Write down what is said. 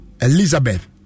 Elizabeth